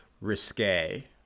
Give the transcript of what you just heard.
risque